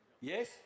Yes